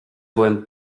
byłem